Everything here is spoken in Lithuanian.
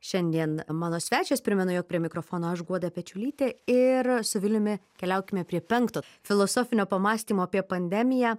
šiandien mano svečias primenu jog prie mikrofono aš guoda pečiulytė ir su viliumi keliaukime prie penkto filosofinio pamąstymo apie pandemiją